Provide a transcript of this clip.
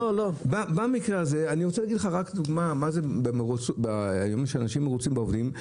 אני רוצה לתת לך רק דוגמה מזה שאנשים מרוצים מהעובדים,